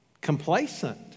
Complacent